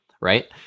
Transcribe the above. right